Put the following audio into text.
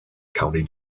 county